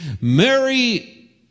Mary